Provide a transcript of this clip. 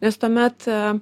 nes tuomet